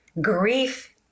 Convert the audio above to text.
Grief